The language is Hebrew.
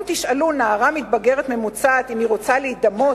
אם תשאלו נערה מתבגרת ממוצעת אם היא רוצה להידמות